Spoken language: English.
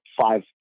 five